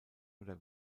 oder